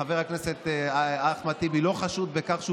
חבר הכנסת אחמד טיבי לא חשוד בכך שהוא